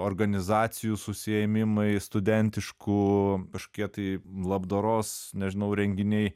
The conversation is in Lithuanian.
organizacijų susiėmimai studentiškų kažkokie tai labdaros nežinau renginiai